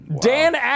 Dan